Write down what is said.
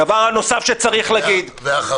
הדבר הנוסף שצריך להגיד -- ואחרון.